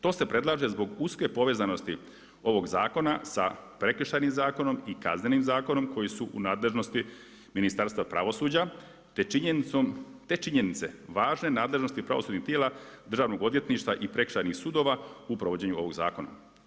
To se predlaže zbog uske povezanosti ovog zakona sa Prekršajnim zakonom i Kaznenim zakonom koji su u nadležnosti Ministarstva pravosuđa te činjenice važne nadležnosti pravosudnih tijela, državnog odvjetništva i prekršajnih sudova u provođenju ovog zakona.